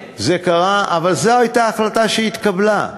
אבל זו הייתה ההחלטה שהתקבלה.